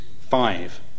five